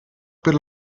per